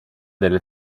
delle